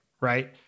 right